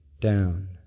down